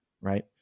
right